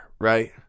Right